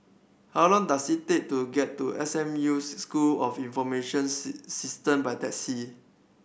how long does it take to get to S M U School of Information System by taxi